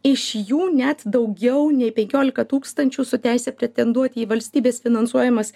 iš jų net daugiau nei penkiolika tūkstančių su teise pretenduoti į valstybės finansuojamas